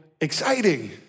exciting